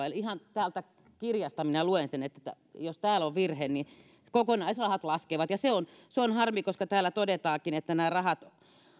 eli ihan täältä kirjasta minä luen sen jos täällä on virhe että kokonaisrahat laskevat ja se on se on harmi koska täällä todetaankin että nämä rahat